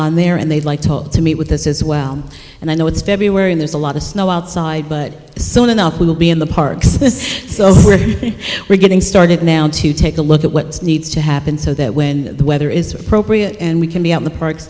on there and they'd like to meet with us as well and i know it's february and there's a lot of snow outside but soon enough we will be in the parks so we're getting started now to take a look at what needs to happen so that when the weather is appropriate and we can be on the parks